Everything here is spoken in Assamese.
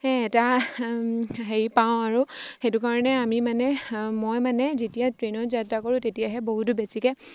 এটা হেৰি পাওঁ আৰু সেইটো কাৰণে আমি মানে মই মানে যেতিয়া ট্ৰেইনত যাত্ৰা কৰোঁ তেতিয়াহে বহুতো বেছিকৈ